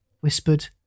Whispered